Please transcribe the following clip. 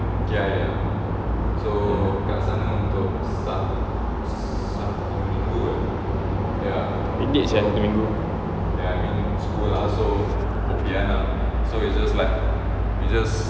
pendek sia satu minggu